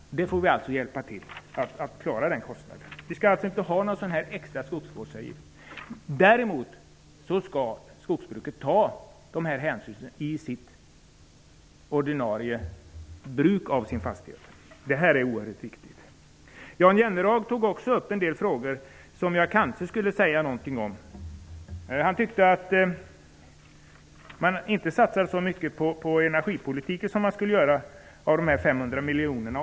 Vi får hjälpa till att klara den kostnaden, och det skall alltså inte finnas någon extra skogsvårdsavgift. Däremot skall skogsbrukaren ta hänsyn till miljön osv. vid det ordinarie bruket av sin fastighet. Det är oerhört viktigt. Jan Jennehag tog också upp en del frågor som jag kanske borde säga någonting om. Han tyckte att man inte satsar så mycket på energipolitiken som man bör göra av de 500 miljonerna.